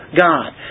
God